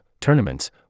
tournaments